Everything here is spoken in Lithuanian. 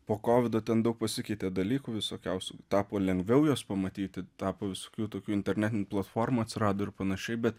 po kovido ten daug pasikeitė dalykų visokiausių tapo lengviau juos pamatyti tapo visokių tokių internetinių platformų atsirado ir panašiai bet